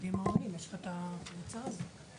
הקבוצה הזאת.